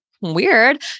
weird